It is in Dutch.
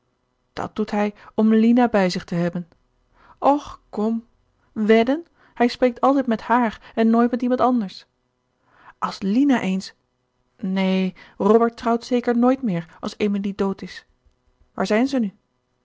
dat doet hij om lina bij zich te hebben och kom wedden hij spreekt altijd met haar en nooit met iemand anders als lina eens neen robert trouwt zeker nooit meer als emilie dood is waar zijn ze nu